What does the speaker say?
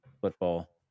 football